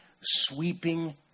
sweeping